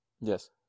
Yes